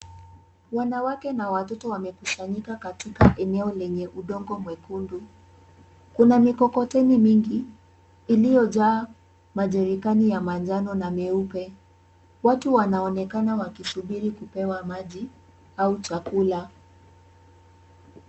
Wanawake na watoto wamekusanyika katika eneo lenye udongo mwekundu. Kuna mikokoteni mengi iliyojaa majarikani ya manjano na meupe. Watu wanaonekana wakisubiri kupewa maji au chakula.